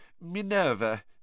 Minerva—